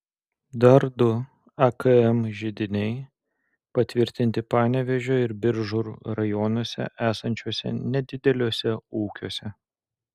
dar du akm židiniai patvirtinti panevėžio ir biržų rajonuose esančiuose nedideliuose ūkiuose